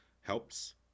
helps